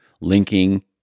linking